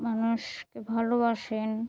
মানুষকে ভালোবাসেন